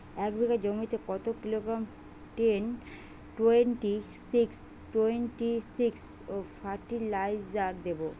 এক বিঘা জমিতে কত kilogram ten twenty six twenty six fertiliser দেবো?